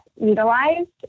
utilized